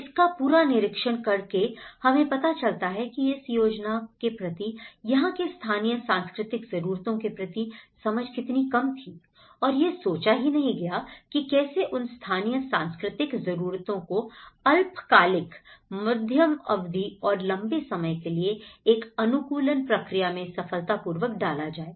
इसका पूरा निरीक्षण करके हमें पता चलता है कि इस योजना के प्रति यहां के स्थानीय सांस्कृतिक जरूरतों के प्रति समझ कितनी कम थी और यह सोचा ही नहीं गया की कैसे उन स्थानीय सांस्कृतिक जरूरतों को अल्पकालिक मध्यम अवधि और लंबे समय के लिए एक अनुकूलन प्रक्रिया में सफलतापूर्वक डाला जाए